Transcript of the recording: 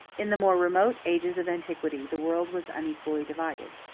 in the more remote ages of antiquity, the world was unequally divided.